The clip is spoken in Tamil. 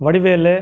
வடிவேலு